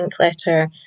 Linkletter